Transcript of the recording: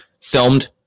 filmed